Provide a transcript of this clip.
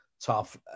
tough